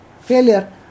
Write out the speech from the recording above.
Failure